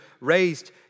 raised